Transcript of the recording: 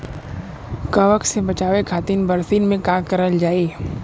कवक से बचावे खातिन बरसीन मे का करल जाई?